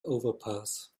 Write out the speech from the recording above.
overpass